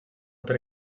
per